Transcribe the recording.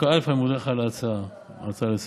אני מודה לך על ההצעה לסדר-היום.